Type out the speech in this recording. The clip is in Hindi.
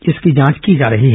इसकी जांच की जा रही है